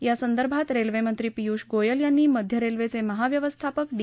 या संदर्भात रेल्वे मंत्री पियूष गोयल यांनी मध्य रेल्वेचे महाव्यवस्थापक डी